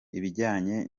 ibijyanye